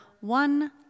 one